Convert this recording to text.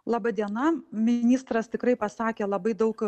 laba diena ministras tikrai pasakė labai daug